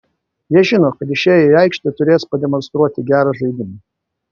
jie žino kad išėję į aikštę turės pademonstruoti gerą žaidimą